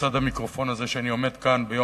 בצד המיקרופון הזה שאני עומד כאן לידו,